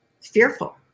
fearful